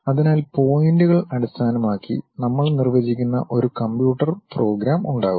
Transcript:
അതിനാൽ പോയിന്റുകൾ അടിസ്ഥാനമാക്കി നമ്മൾ നിർവചിക്കുന്ന ഒരു കമ്പ്യൂട്ടർ പ്രോഗ്രാം ഉണ്ടാകും